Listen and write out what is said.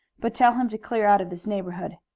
but tell him to clear out of this neighborhood.